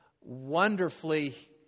wonderfully